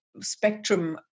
spectrum